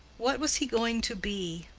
what was he going to be?